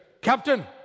Captain